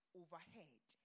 overhead